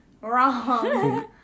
wrong